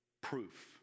proof